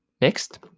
Next